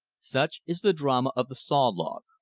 such is the drama of the saw log,